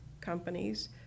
companies